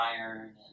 iron